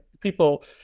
People